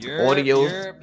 audio